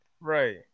Right